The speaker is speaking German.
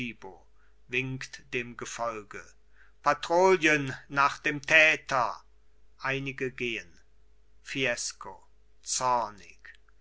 dem gefolge patrouillen nach dem täter einige gehen fiesco zornig